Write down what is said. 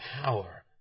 power